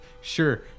Sure